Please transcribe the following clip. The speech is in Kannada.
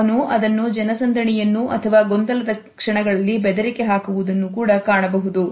ಅವನು ಅದನ್ನು ಜನಸಂದಣಿಯನ್ನು ಅಥವಾ ಗೊಂದಲದ ಕ್ಷಣಗಳಲ್ಲಿ ಬೆದರಿಕೆ ಹಾಕುವುದನ್ನು ಕಾಣಬಹುದು